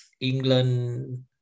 England